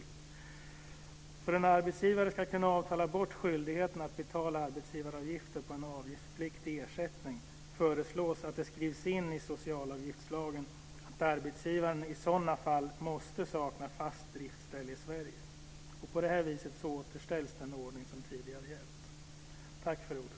För att en arbetsgivare ska kunna avtala bort skyldigheten att betala arbetsgivaravgifter på en avgiftspliktig ersättning föreslås att det skrivs in i socialavgiftslagen att arbetsgivaren i sådana fall måste sakna fast driftsställe i Sverige. På det här viset återställs den ordning som tidigare gällt. Tack för ordet!